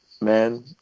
man